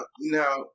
now